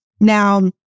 Now